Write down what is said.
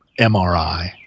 MRI